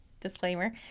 Disclaimer